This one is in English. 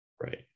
Right